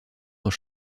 dans